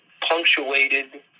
punctuated